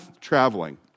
traveling